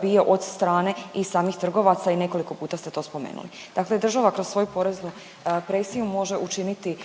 bio od strane i samih trgovaca i nekoliko puta ste to spomenuli. Dakle, država kroz svoju presiju može učiniti